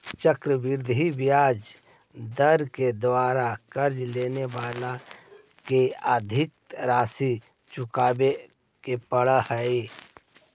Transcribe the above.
चक्रवृद्धि ब्याज दर के कारण कर्ज लेवे वाला के अधिक राशि चुकावे पड़ऽ हई